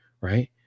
right